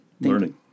learning